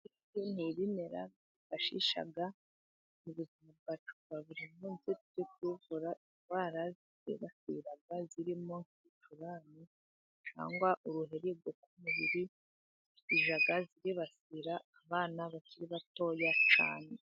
Ibi ni ibimera bifashisha buri munsi byo kuvura indwara zirimo ibicurane cyangwa ku mubiri zibasira abana bakiri batoya cyane.